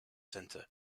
centre